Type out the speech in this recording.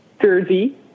Jersey